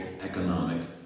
economic